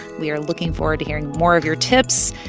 we are looking forward to hearing more of your tips.